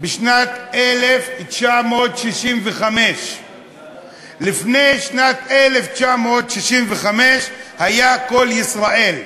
בשנת 1965. לפני שנת 1965 היה "קול ישראל",